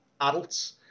adults